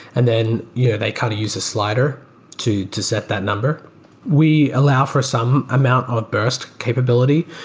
and then yeah they kind of use a slider to to set that number we allow for some amount ah of burst capability.